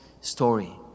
story